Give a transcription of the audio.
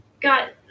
got